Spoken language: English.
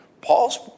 Paul's